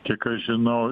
kiek aš žinau